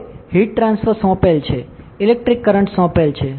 હવે heat transfer સોંપેલ છે ઇલેક્ટ્રિક કરંટ સોંપેલ છે